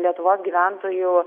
lietuvos gyventojų